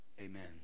Amen